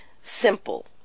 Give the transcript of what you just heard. simple